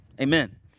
amen